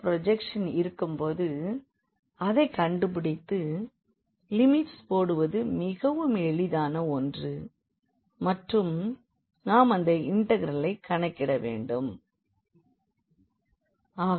அந்த ப்ரோஜெக்ஷன் இருக்கும்போது அதை கண்டுபிடித்து லிமிட்ஸ் போடுவது மிகவும் எளிதான ஒன்று மற்றும் நாம் அந்த இண்டெக்ரலை கணக்கிட வேண்டும்